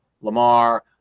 Lamar